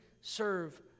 serve